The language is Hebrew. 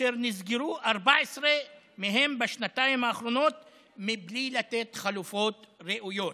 אשר 14 מהן נסגרו בשנתיים האחרונות מבלי לתת חלופות ראויות.